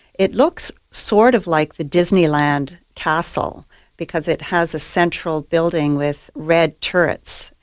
it looks sort of like the disneyland castle because it has a central building with red turrets,